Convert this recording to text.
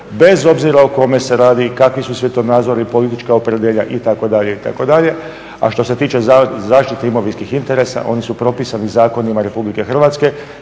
bez obzira o kome se radi i kakvi su svjetonazori, politička opredjeljenja itd., itd.. A što se tiče zaštite imovinskih interesa, oni su propisani zakonima Republike Hrvatske